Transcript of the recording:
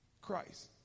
Christ